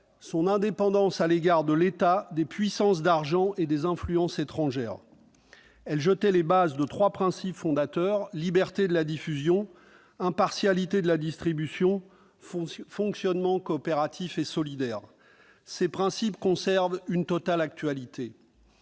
son indépendance à l'égard de l'État, des puissances d'argent et des influences étrangères ». Elle jetait les bases de trois principes fondateurs : liberté de la diffusion, impartialité de la distribution, fonctionnement coopératif et solidaire. Ces principes conservent une totale actualité.